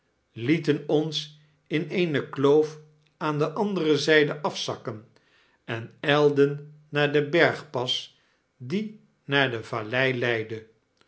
lieten ons in eene kloof aan de andere zyde afzakken en ylden naar den bergpas die naar de vallei leidde